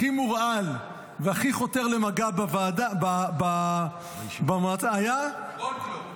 הכי מורעל והכי חותר למגע במועצה היה --- גולדקנופ.